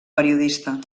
periodista